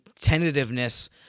tentativeness